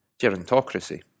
gerontocracy